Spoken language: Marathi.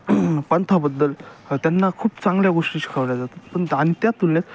पंथाबद्दल त्यांना खूप चांगल्या गोष्टी शिकवल्या जातात पण आणि त्या तुलनेत